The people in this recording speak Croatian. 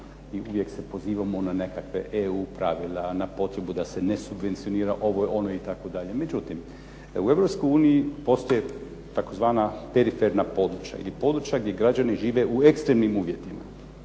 i uvijek se pozivamo na nekakve EU pravila, a na potrebu da se ne subvencionira ovo, ono, itd. Međutim, u Europskoj uniji postoje tzv. periferna područja ili područja gdje građani žive u ekstremnim uvjetima.